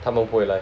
他们不会来